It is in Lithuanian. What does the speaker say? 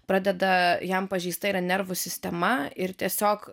pradeda jam pažeista yra nervų sistema ir tiesiog